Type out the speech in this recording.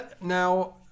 now